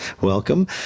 Welcome